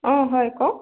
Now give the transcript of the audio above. অ হয় কওক